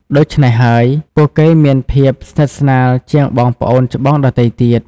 ដូច្នេះហើយ ពួកគេមានភាពស្និទ្ធស្នាលជាងបងប្អូនច្បងដទៃទៀត។